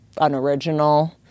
unoriginal